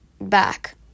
back